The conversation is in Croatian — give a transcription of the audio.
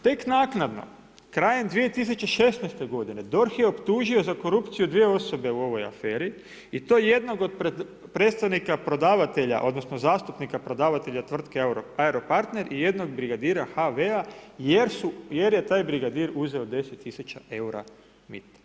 Tek naknadno, krajem 2016. g. DORH je optužio za korupciju 2 osobe u ovoj aferi i to jednog od predstavnika prodavatelja odnosno zastupnika prodavatelja tvrtke Aero partner i jednog brigadira HV-a jer je taj brigadir uzeo 10 000 eura mita.